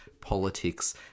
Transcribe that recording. politics